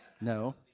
No